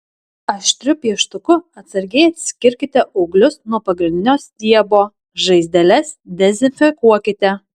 aštriu pieštuku atsargiai atskirkite ūglius nuo pagrindinio stiebo žaizdeles dezinfekuokite